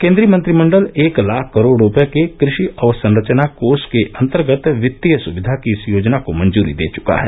केन्द्रीय मंत्रिमंडल एक लाख करोड़ रुपये के कृषि अवसंरचना कोष के अंतर्गत वित्तीय सुविघा की इस योजना को मंजूरी दे चुका है